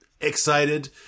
Excited